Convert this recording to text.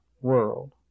world